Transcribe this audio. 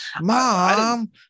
Mom